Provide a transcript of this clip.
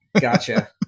gotcha